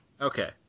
Okay